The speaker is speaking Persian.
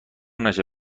نشه